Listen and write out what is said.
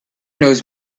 knows